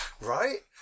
right